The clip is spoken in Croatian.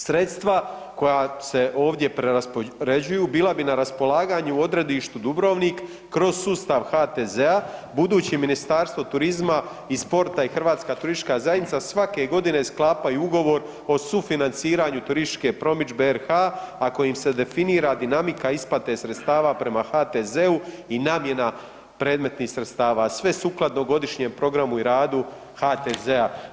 Sredstva koja se ovdje preraspoređuju bila bi na raspolaganju odredištu Dubrovnik kroz sustav HTZ-a budući Ministarstvo turizma i sporta i Hrvatska turistička zajednica svake godine sklapaju ugovor o sufinanciranju turističke promidžbe RH ako im se definira dinamika isplate sredstava prema HTZ-u i namjena predmetnih sredstava, a sve sukladno godišnjem programu i radu HTZ-a.